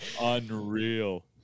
unreal